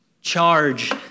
charge